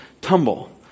tumble